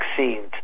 vaccines